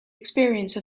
experience